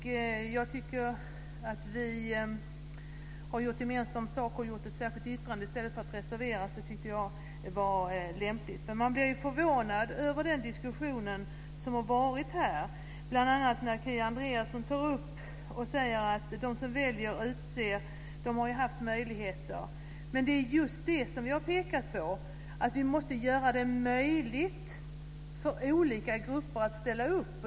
Att vi har gjort gemensam sak och gjort ett särskilt yttrande i stället för att reservera oss tycker jag var lämpligt. Men man blir ju förvånad över den diskussion som har varit här, bl.a. när Kia Andreasson säger att de som väljer och utser dem har haft möjligheter. Jag har just pekat på att vi måste göra det möjligt för olika grupper att ställa upp.